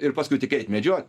ir paskui tik eit medžiot